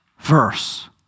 verse